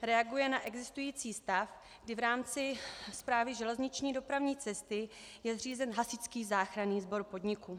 Reaguje na existující stav, kdy v rámci Správy železniční dopravní cesty je zřízen hasičský záchranný sbor podniku.